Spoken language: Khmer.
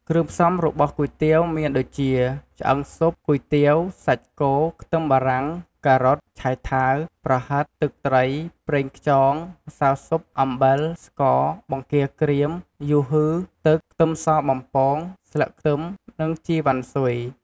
គ្រឿងផ្សំរបស់គុយទាវមានដូចជា ឆ្អឺងស៊ុប គុយទាវ សាច់គោ ខ្ទឹមបារាំង ការ៉ុត ឆៃថាវ ប្រហិត ទឹកត្រី ប្រេងខ្យង ម្សៅស៊ុប អំបិល ស្ករ បង្គាក្រៀម យូហឺ ទឹក ខ្ទឹមសបំពង ស្លឹកខ្ទឹម និងជីវ៉ាន់ស៊ុយ។